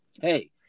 hey